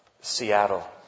Seattle